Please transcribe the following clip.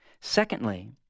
Secondly